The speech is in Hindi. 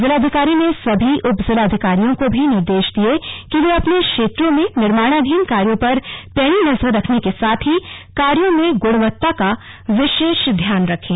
जिलाधिकारी ने सभी उपजिलाधिकारियों को भी निर्देश दिये कि वे अपने क्षेत्रों में निर्माणाधीन कार्यों पर पैनी नजर रखने के साथ ही कार्यों में गुणवत्ता का विशेष ध्यान रखें